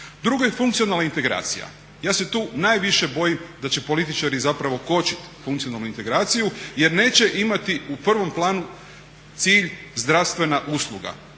Drugo je funkcionalna integracija, ja se tu najviše bojim da će političari kočiti funkcionalnu integraciju jer neće imati u prvom planu cilj zdravstvena usluga,